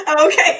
okay